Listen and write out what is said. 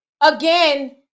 Again